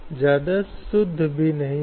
महिलाएं उच्च शिक्षा प्राप्त कर रही हैं